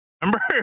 Remember